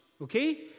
Okay